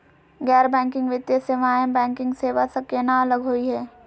गैर बैंकिंग वित्तीय सेवाएं, बैंकिंग सेवा स केना अलग होई हे?